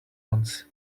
ones